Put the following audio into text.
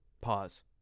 Pause